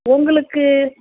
உங்களுக்கு